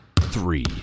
three